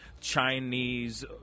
Chinese